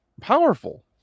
powerful